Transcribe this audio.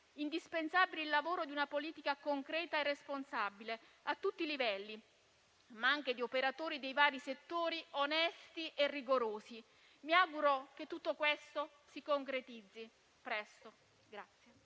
Indispensabile è il lavoro di una politica concreta e responsabile, a tutti i livelli, ma anche di operatori dei vari settori onesti e rigorosi. Mi auguro che tutto questo si concretizzi presto.